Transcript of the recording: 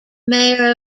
mayor